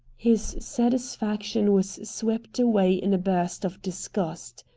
his satisfaction was swept away in a burst of disgust.